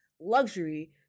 luxury